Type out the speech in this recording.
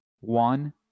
one